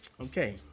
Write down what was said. Okay